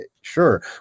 sure